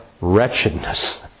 wretchedness